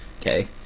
Okay